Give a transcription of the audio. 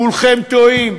כולכם טועים.